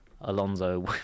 Alonso